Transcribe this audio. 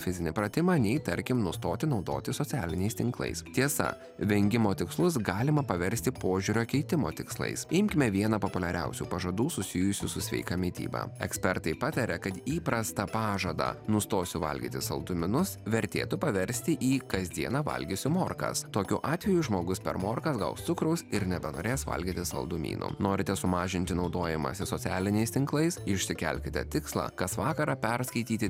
fizinį pratimą nei tarkim nustoti naudotis socialiniais tinklais tiesa vengimo tikslus galima paversti požiūrio keitimo tikslais imkime vieną populiariausių pažadų susijusių su sveika mityba ekspertai pataria kad įprastą pažadą nustosiu valgyti saldumynus vertėtų paversti į kasdieną valgysiu morkas tokiu atveju žmogus per morkas gaus cukraus ir nebenorės valgyti saldumynų norite sumažinti naudojimąsi socialiniais tinklais išsikelkite tikslą kas vakarą perskaityti